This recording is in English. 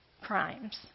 crimes